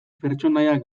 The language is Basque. pertsonaia